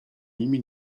nimi